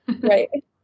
Right